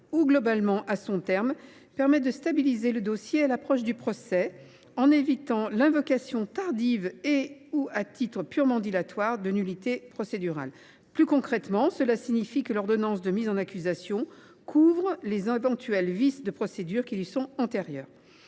ou globalement, à son terme, permet de stabiliser le dossier à l’approche du procès, en évitant l’invocation tardive et/ou à titre purement dilatoire de nullités procédurales. Plus concrètement, cela signifie que l’ordonnance de mise en accusation « couvre » les éventuels vices de procédure qui lui sont antérieurs.